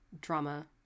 drama